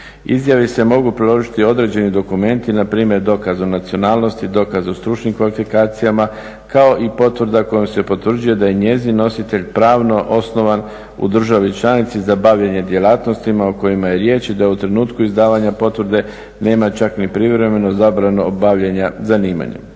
Izjavi se mogu priložiti određeni dokumenti npr. dokaz o nacionalnosti, dokaz o stručnim kvalifikacijama kao i potvrda kojom se potvrđuje da je njezin nositelj pravno osnovan u državi članici za bavljenje djelatnostima o kojima je riječ i da u trenutku izdavanja potvrde nema čak ni privremenu zabranu obavljanja zanimanja.